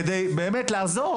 כדי לעזור.